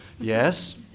Yes